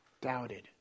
doubted